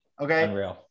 Okay